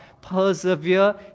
Persevere